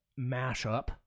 mashup